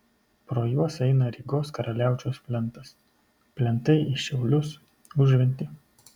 pro juos eina rygos karaliaučiaus plentas plentai į šiaulius užventį